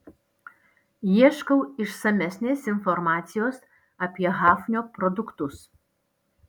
ieškau išsamesnės informacijos apie hafnio produktus